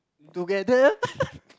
together